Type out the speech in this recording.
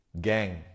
Gang